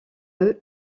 eux